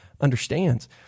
understands